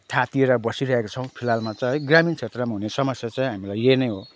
थेच्चिएर बसिरहेका छौँ फिलहालमा चाहिँ है ग्रामीण क्षेत्रमा हुने समस्या चाहिँ हामीलाई यही नै हो